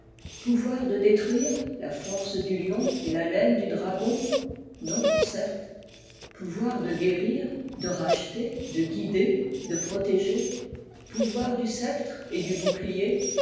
pouvoir de détruire la force du lion et l'haleine du dragon non certes pouvoir de guérir de racheter de guider de protéger pouvoir du sceptre et du bouclier